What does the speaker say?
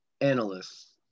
analysts